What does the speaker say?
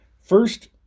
first